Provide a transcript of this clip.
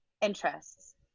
interests